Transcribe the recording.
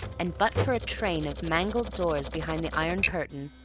and but for a train of mangled doors behind the iron curtain,